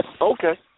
Okay